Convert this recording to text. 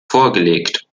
vorgelegt